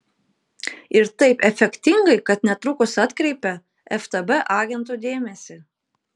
ir taip efektingai kad netrukus atkreipia ftb agentų dėmesį